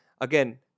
Again